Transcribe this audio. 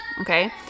okay